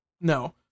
no